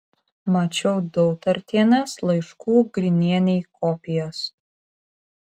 mačiau dautartienės laiškų grinienei kopijas